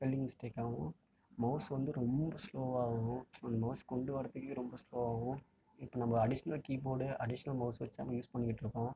spelling mistake ஆகும் mouse வந்து ரொம்ப ஸ்லோவாகவும் அந்த மௌஸ் கொண்டு வரத்துக்கே ரொம்ப ஸ்லோவாகவும் இப்போ நம்ம அடிஷ்னல் கீபோர்ட்டு அடிஷ்னல் மௌஸ் வச்சு தான் நம்ம யூஸ் பண்ணிக்கிட்டிருக்கோம்